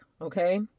okay